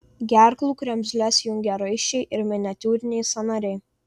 gerklų kremzles jungia raiščiai ir miniatiūriniai sąnariai